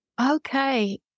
Okay